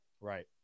Right